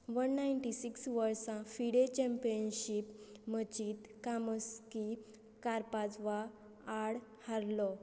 one ninety six वर्सा FIDE championship मजीत Kamsky कारपाजवा आड हारलो